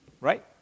right